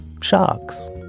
Sharks